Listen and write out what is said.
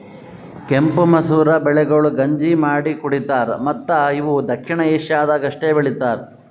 ಕೆಂಪು ಮಸೂರ ಬೆಳೆಗೊಳ್ ಗಂಜಿ ಮಾಡಿ ಕುಡಿತಾರ್ ಮತ್ತ ಇವು ದಕ್ಷಿಣ ಏಷ್ಯಾದಾಗ್ ಅಷ್ಟೆ ಬೆಳಿತಾರ್